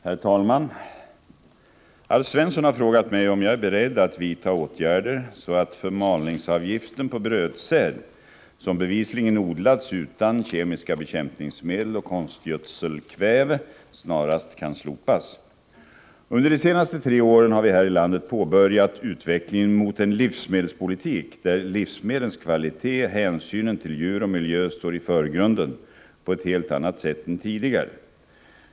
Herr talman! Alf Svensson har frågat mig om jag är beredd att vidta åtgärder så att förmalningsavgiften på brödsäd som bevisligen odlats utan kemiska bekämpningsmedel och ”konstgödselkväve” snarast kan slopas. Under de senaste tre åren har vi här i landet påbörjat utvecklingen mot en livsmedelspolitik, där livsmedlens kvalitet och hänsynen till djur och miljö står i förgrunden på ett helt annat sätt än tidigare.